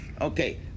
Okay